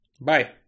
Bye